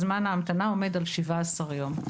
זמן ההמתנה עומד על 17 יום.